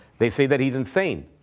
they say that he's insane.